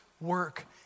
work